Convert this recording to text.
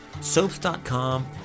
soaps.com